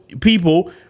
people